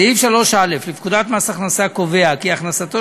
סעיף 3א לפקודת מס הכנסה קובע כי הכנסתו